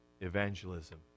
evangelism